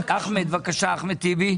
אחמד טיבי.